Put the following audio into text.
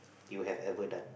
you have ever done